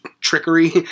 trickery